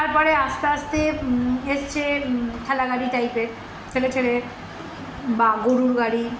তারপরে আস্তে আস্তে এসছে ঠেলাগাড়ি টাইপের ঠেলে ঠেলে বা গরুর গাড়ি